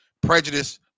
prejudice